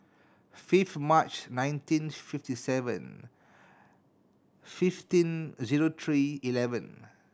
fifth March nineteen fifty seven fifteen zero three eleven